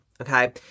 Okay